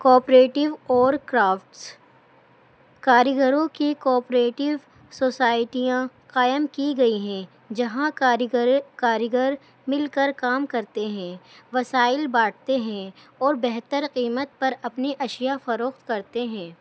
cooperative اور crafts کاریگروں کی کوپریٹو سوسائٹیاں قائم کی گئی ہیں جہاں کاریگرگر کاریگر مل کر کام کرتے ہیں وسائل بانٹتے ہیں اور بہتر قیمت پر اپنی اشیاء فروخت کرتے ہیں